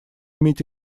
иметь